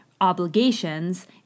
obligations